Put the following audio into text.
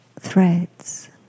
threads